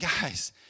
guys